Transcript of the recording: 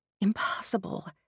Impossible